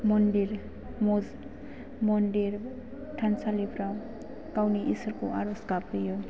मन्दिर थानसालिफोराव गावनि इसोरखौ आरज गाबहैयो